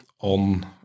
on